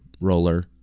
Roller